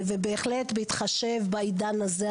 בהתחשב בעידן הזה,